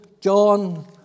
John